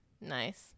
Nice